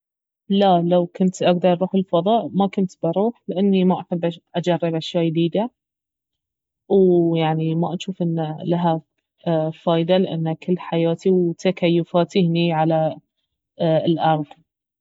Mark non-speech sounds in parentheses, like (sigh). لا لو كنت اقدر اروح الفضاء ما كنت بروح لاني ما احب اجرب أشياء يديدة ويعني ما اجوف ان لها فايدة لانه كل حياتي وتكيفاتي هني على (hesitation) الأرض